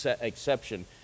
exception